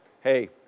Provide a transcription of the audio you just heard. hey